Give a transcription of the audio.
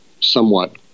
somewhat